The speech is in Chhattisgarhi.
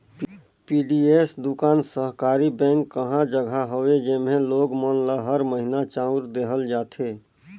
पीडीएस दुकान सहकारी बेंक कहा जघा हवे जेम्हे लोग मन ल हर महिना चाँउर देहल जाथे